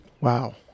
Wow